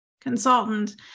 consultant